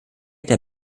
der